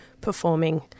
performing